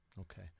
okay